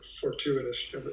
fortuitous